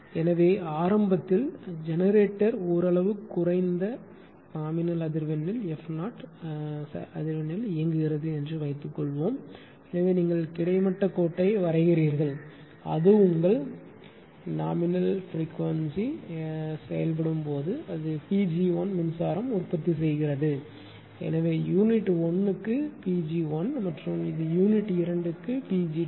எனவே ஆரம்பத்தில் ஜெனரேட்டர் ஓரளவு குறைந்த அதிர்வெண்ணில் f 0 சரியான அதிர்வெண்ணில் இயங்குகிறது என்று வைத்துக்கொள்வோம் எனவே நீங்கள் கிடைமட்ட கோட்டை வரைகிறீர்கள் அது உங்கள் ஓரளவு குறைந்த அதிர்வெண் f 0 இல் செயல்படும் போது அது Pg1 மின்சாரம் உற்பத்தி செய்கிறது எனவே இது யூனிட் 1 க்கு Pg1 மற்றும் இது 2 யூனிட்டுக்கு Pg2